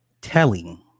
telling